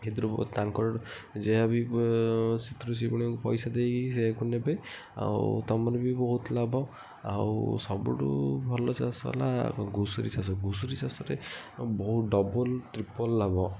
କିନ୍ତୁ ତାଙ୍କର ଯାହାବି ସିଥିରୁ ସେମାନେ ପଇସା ଦେଇ ତାକୁ ନେବେ ଆଉ ତମର ବି ବହୁତ ଲାଭ ଆଉ ସବୁଠୁ ଭଲ ଚାଷ ହେଲା ଘୁଷୁରୀ ଚାଷ ଘୁଷୁରୀ ଚାଷରେ ବହୁତ ଡବଲ୍ ତ୍ରିପଲ୍ ଲାଭ